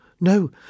No